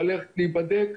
ללכת להיבדק.